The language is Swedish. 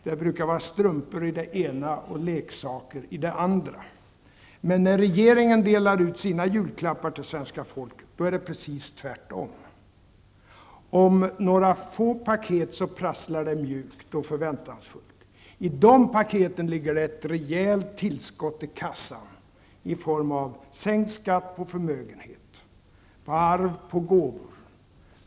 Det brukar vara strumpor i de mjuka och leksaker i de hårda. Men när regeringen delar ut sina julklappar till svenska folket, är det precis tvärtom. Om några få paket prasslar det mjukt och förväntansfullt. I de paketen ligger det ett rejält tillskott i kassan i form av sänkt skatt på förmögenhet, arv och gåvor.